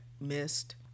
missed